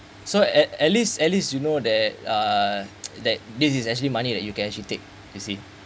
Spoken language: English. so at at least at least you know that uh that this is actually money that you can actually take you see